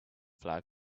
flag